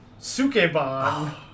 Sukeban